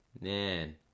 man